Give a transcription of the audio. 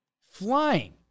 Flying